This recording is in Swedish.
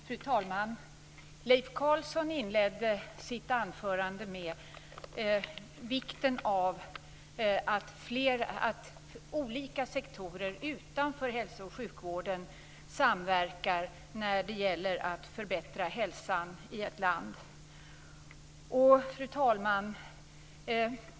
Fru talman! Leif Carlson inledde sitt anförande med att tala om vikten av att olika sektorer utanför hälso och sjukvården samverkar för att förbättra hälsan i ett land.